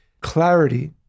clarity